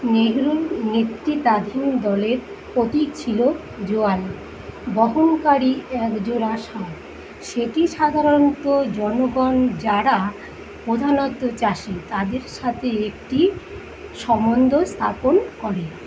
নেহরুর নেতৃত্বাধীন দলের প্রতীক ছিল জোয়ান বহনকারী একজোড়া ষাঁড় সেটি সাধারণত জনগণ যাঁরা প্রধানত চাষী তাঁদের সাথে একটি সম্বন্ধ স্থাপন করে